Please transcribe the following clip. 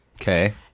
Okay